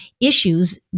issues